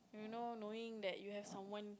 you know knowing that you have someone